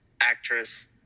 actress